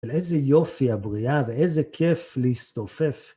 ואיזה יופי הבריאה ואיזה כיף להסתופף.